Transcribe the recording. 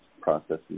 processes